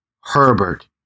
Herbert